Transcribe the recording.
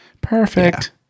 Perfect